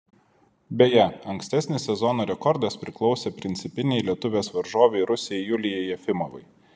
beje ankstesnis sezono rekordas priklausė principinei lietuvės varžovei rusei julijai jefimovai